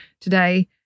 today